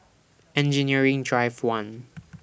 Engineering Drive one